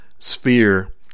Sphere